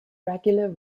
regular